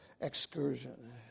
Excursion